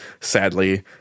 sadly